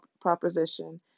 proposition